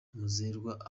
muzerwa